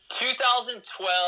2012